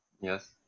Yes